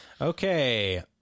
okay